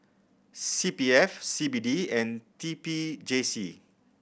C P F C B D and T P J C